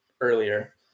earlier